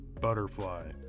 butterfly